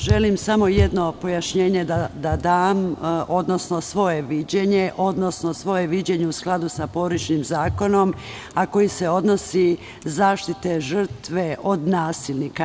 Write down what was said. Želim samo jedno pojašnjenje da dam, odnosno svoje viđenje u skladu sa porodičnim zakonom, a koji se odnosi na zaštitu žrtve od nasilnika.